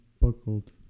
buckled